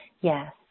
yes